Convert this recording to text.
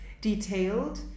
detailed